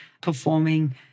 performing